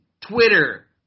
Twitter